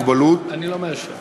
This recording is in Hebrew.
מובהר כי דרך המלך בעניינים מורכבים,